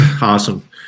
Awesome